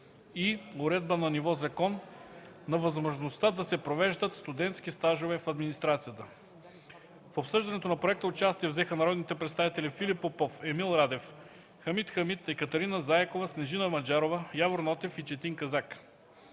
- уредба на ниво закон на възможността да се провеждат студентски стажове в администрацията. В обсъждането на проекта участие взеха народните представители Филип Попов, Емил Радев, Хамид Хамид, Екатерина Заякова, Снежина Маджарова, Явор Нотев и Четин Казак.